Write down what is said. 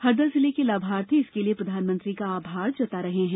हरदा जिले के लाभार्थी इसके लिए प्रधानमंत्री का आभार जता रहे हैं